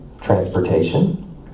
transportation